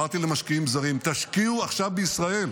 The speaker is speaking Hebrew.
אמרתי למשקיעים זרים: תשקיעו עכשיו בישראל.